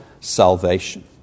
salvation